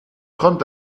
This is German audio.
träumt